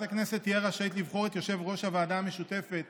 הכנסת תהיה רשאית לבחור את יושב-ראש הוועדה המשותפת